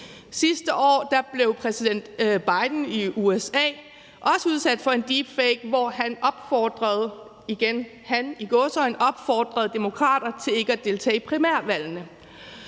Sidste år blev præsident Biden i USA også udsat for en deepfake, hvor han – og det er igen i gåseøjne – opfordrede Demokrater til ikke at deltage i primærvalgene.